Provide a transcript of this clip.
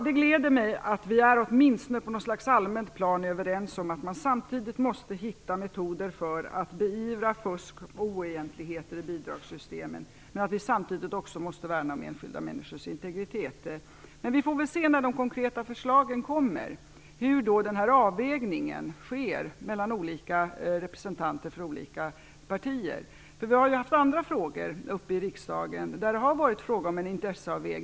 Det gläder mig att vi åtminstone på något slags allmänt plan är överens om att man måste hitta metoder för att beivra fusk och oegentligheter i bidragssystemen, men att man samtidigt också måste värna om enskilda människors integritet. Vi får väl se, när de konkreta förslagen kommer, hur avvägningen sker hos olika representanter för olika partier. Vi har haft uppe andra frågor i riksdagen där det har handlat om en intresseavvägning.